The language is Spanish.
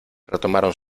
retomaron